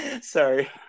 Sorry